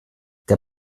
der